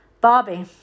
Barbie